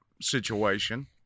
situation